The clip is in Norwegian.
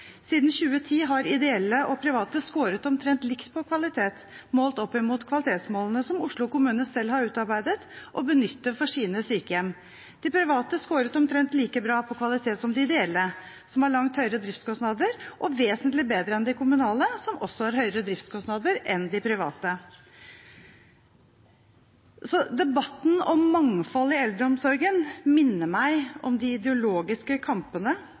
Siden 2010 har ideelle og private scoret omtrent likt på kvalitet målt opp mot kvalitetsmålene som Oslo kommune selv har utarbeidet og benytter for sine sykehjem. De private scoret omtrent like bra på kvalitet som de ideelle, som har langt høyere driftskostnader, og vesentlig bedre enn de kommunale, som også har høyere driftskostnader enn de private. Så debatten om mangfold i eldreomsorgen minner meg om de ideologiske kampene